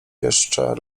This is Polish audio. jeszcze